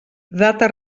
data